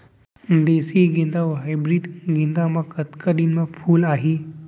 देसी गेंदा अऊ हाइब्रिड गेंदा म कतका दिन म फूल आही?